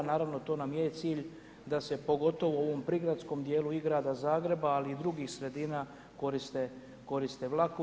Naravno to nam je cilj, da se pogotovo u ovom prigradskom dijelu, i Grada Zagreba, ali i drugih sredina, koriste vlakovi.